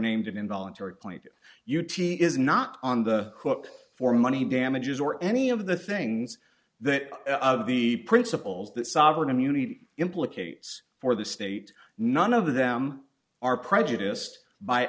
named an involuntary point u t is not on the hook for money damages or any of the things that the principles that sovereign immunity implicates for the state none of them are prejudiced by